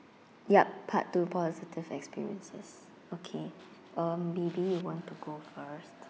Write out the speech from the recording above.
yup part two positive experiences okay um maybe you want to go first